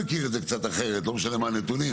קצת אחרת, לא משנה מה הנתונים.